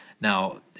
Now